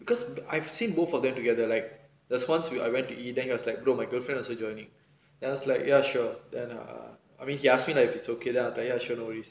because I've seen both of them together like there was once when I went to eat then he was like brother my girlfriend also joining then I was like yeah sure then err I mean he ask me lah if it's okay then I was like ya sure no worries